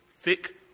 thick